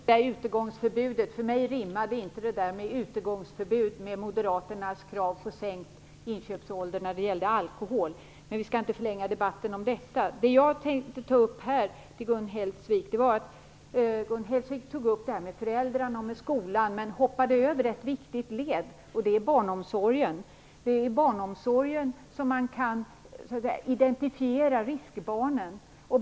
Herr talman! För mig rimmade inte det där med utegångsförbud med moderaternas krav på sänkt inköpsålder när det gäller alkohol. Men vi skall inte förlänga debatten om det. Gun Hellsvik tog upp föräldrarna och skolan men hoppade över ett viktigt led, nämligen barnomsorgen. Det är i barnomsorgen som man kan identifiera riskbarnen.